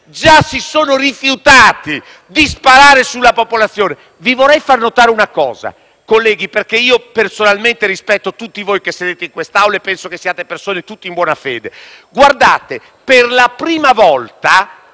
già si sono rifiutati di sparare sulla popolazione. Vorrei farvi notare una cosa, colleghi, perché personalmente rispetto tutti voi che sedete in questa Aula e penso che siate tutte persone in buona fede: